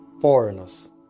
foreigners